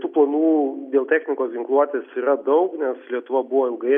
tų balų dėl technikos ginkluotės yra daug nes lietuva buvo ilgai